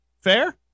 Fair